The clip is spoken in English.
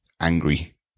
angry